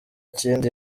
kindi